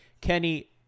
Kenny